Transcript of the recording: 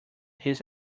his